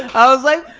i was like,